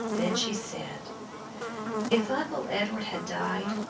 then she said if uncle edward had died,